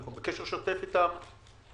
אנחנו בקשר שוטף עם העירייה,